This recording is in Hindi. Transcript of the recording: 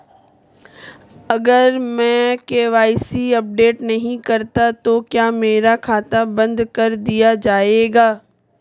अगर मैं के.वाई.सी अपडेट नहीं करता तो क्या मेरा खाता बंद कर दिया जाएगा?